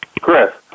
Chris